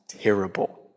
terrible